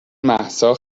مهسا